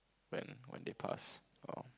when when they pass orh